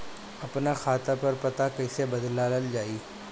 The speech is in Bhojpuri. आपन खाता पर पता कईसे बदलल जाई?